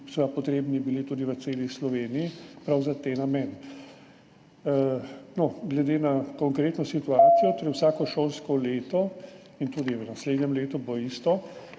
seveda potrebni v celi Sloveniji prav za te namene. Glede na konkretno situacijo vsako šolsko leto, in tudi v naslednjem letu bo isto,